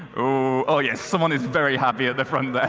oh, yes. someone is very happy at the front there